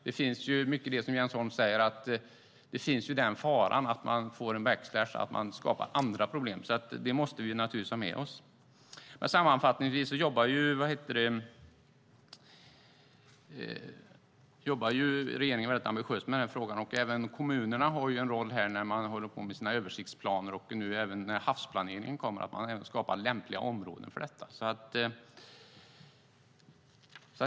Det finns ju, som Jens Holm säger, den faran att det skapas andra problem. Det måste vi naturligtvis ha med oss. Sammanfattningsvis jobbar regeringen mycket ambitiöst med denna fråga. Även kommunerna har en roll när de håller på med sina översiktsplaner, och när havsplaneringen kommer ska man också skapa lämpliga områden för detta.